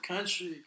Country